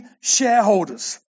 shareholders